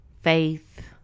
faith